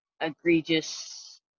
egregious